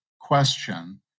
question